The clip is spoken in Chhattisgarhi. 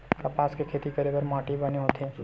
कपास के खेती करे बर का माटी बने होथे?